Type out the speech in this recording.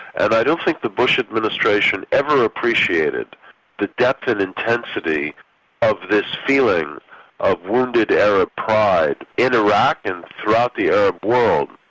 and i don't think the bush administration ever appreciated the depth and intensity of this feeling of wounded arab pride in iraq and throughout the arab ah world.